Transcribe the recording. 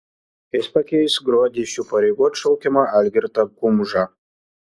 jis pakeis gruodį iš šių pareigų atšaukiamą algirdą kumžą